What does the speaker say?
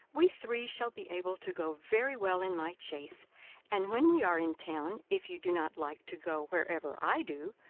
we three shall be able to go very well in my chaise and when we are in town, if you do not like to go wherever i do,